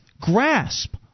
grasp